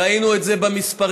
ראינו את זה במספרים,